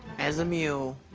as a mule.